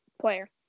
player